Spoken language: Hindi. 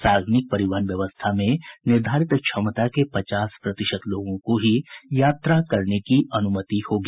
सार्वजनिक परिवहन व्यवस्था में निर्धारित क्षमता के पचास प्रतिशत लोगों को ही यात्रा करने की अनुमति होगी